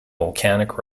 volcanic